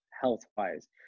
health-wise